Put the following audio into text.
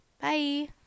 bye